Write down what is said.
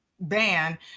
ban